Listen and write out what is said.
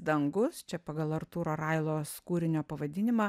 dangus čia pagal artūro railos kūrinio pavadinimą